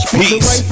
peace